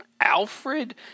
Alfred